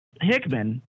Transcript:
Hickman